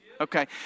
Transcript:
Okay